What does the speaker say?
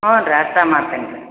ಹ್ಞೂ ರೀ ಅಷ್ಟೆ ಮಾಡ್ತೀನಿ ರೀ